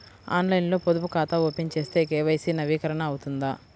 ఆన్లైన్లో పొదుపు ఖాతా ఓపెన్ చేస్తే కే.వై.సి నవీకరణ అవుతుందా?